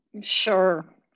sure